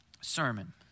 sermon